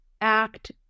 act